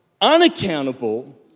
unaccountable